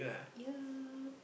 yup